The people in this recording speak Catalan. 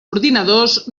ordinadors